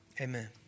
amen